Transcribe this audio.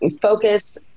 focus